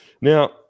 Now